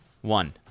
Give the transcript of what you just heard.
One